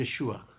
Yeshua